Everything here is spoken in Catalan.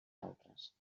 altres